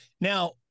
Now